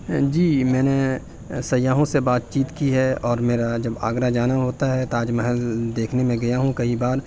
جی میں نے سیاحوں سے بات چیت کی ہے اور میرا جب آگرہ جانا ہوتا ہے تاج محل دیکھنے میں گیا ہوں کئی بار